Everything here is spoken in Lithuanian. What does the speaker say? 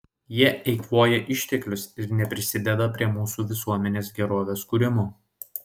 jie eikvoja išteklius ir neprisideda prie mūsų visuomenės gerovės kūrimo